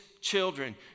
children